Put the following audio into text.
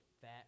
fat